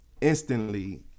instantly